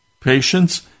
patience